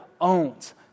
owns